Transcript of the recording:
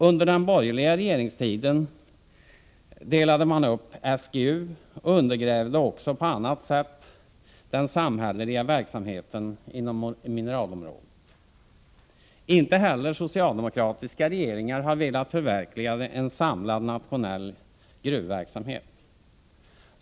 Under den borgerliga regeringstiden delade man upp SGU och undergrävde också på annat sätt den samhälleliga verksamheten på mineralområdet. Inte heller socialdemokratiska regeringar har velat förverkliga en samlad nationell gruvverksamhet.